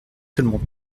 seulement